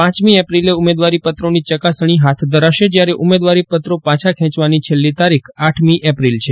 પાંચમી એપ્રિલે ઉમેદવારીપત્રોની ચકાસજ્ઞી હાથ ધરાશે જયારે ઉમેદવારીપત્રો પાછા ખેંચવાની છેલ્લી તારીખ આઠમી એપ્રિલ છે